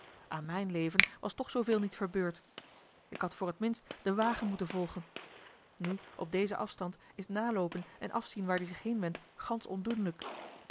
aan mijn leven was toch zooveel niet verbeurd ik had voor t minst den wagen moeten volgen nu op dezen afstand is naloopen en afzien waar die zich heenwendt gansch